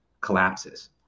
collapses